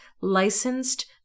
licensed